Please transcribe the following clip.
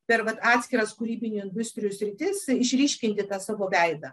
per vat atskiras kūrybinių industrijų sritis išryškinti tą savo veidą